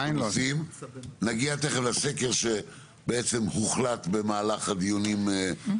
נגיע תיכף לסקר שבעצם הוחלט במהלך הדיונים כאן,